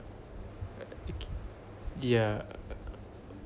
yeah